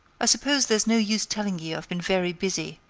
suppose there's no use telling you i've been very busy,